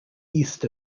east